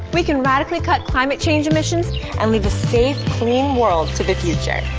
we can radically cut climate change emissions and leave a safe clean world for the future.